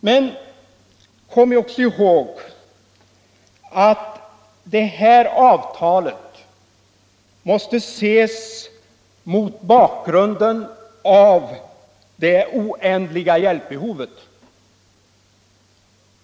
Men kom också ihåg att det här avtalet måste ses mot bakgrund av det oändliga hjälpbehovet.